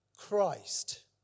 Christ